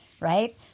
right